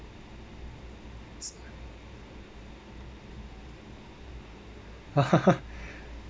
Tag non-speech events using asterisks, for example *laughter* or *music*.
*laughs*